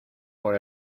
por